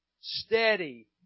steady